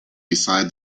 beside